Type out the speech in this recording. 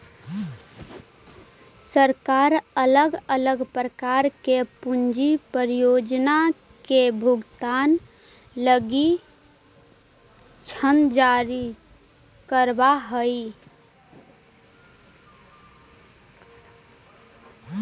सरकार अलग अलग प्रकार के पूंजी परियोजना के भुगतान लगी ऋण जारी करवऽ हई